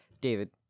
David